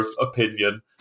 opinion